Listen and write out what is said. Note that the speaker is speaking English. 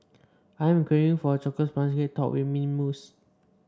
I am craving for a chocolate sponge cake topped with mint mousse